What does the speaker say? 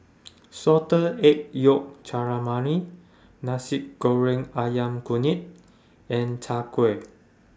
Salted Egg Yolk Calamari Nasi Goreng Ayam Kunyit and Chai Kuih